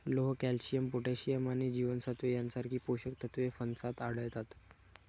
लोह, calcium, potassium आणि जीवनसत्त्वे यांसारखी पोषक तत्वे फणसात आढळतात